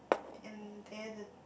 and there the